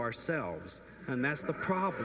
ourselves and that's the problem